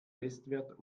bestwert